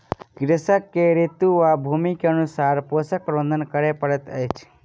कृषक के ऋतू आ भूमि के अनुसारे पोषक प्रबंधन करअ पड़ैत अछि